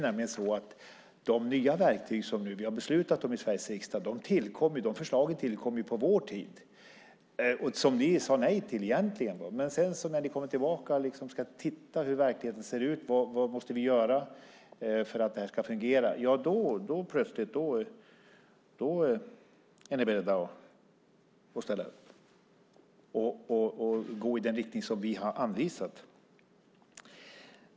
Förslagen om de nya verktyg som vi nu har beslutat om i Sveriges riksdag kom ju till på vår tid. Ni sade nej till dem, men när ni kommer tillbaka och tittar på hur verkligheten ser ut och vad vi måste göra för att det ska fungera är ni plötsligt beredda att ställa upp och gå i den riktning som vi har anvisat.